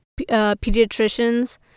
pediatricians